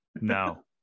No